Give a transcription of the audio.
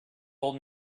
told